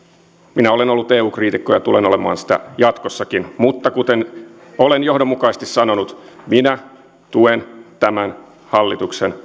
minä olen ollut eu kriitikko ja tulen olemaan sitä jatkossakin mutta kuten olen johdonmukaisesti sanonut minä tuen tämän hallituksen